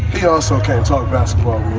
he also talked basketball.